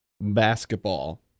basketball